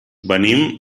venim